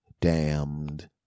damned